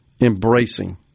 embracing